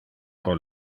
pro